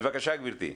בבקשה, גברתי.